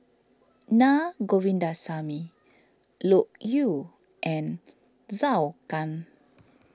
Naa Govindasamy Loke Yew and Zhou Can